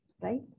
right